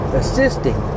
assisting